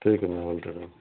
ٹھیک میں